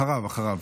אחריו, אחריו.